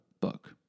book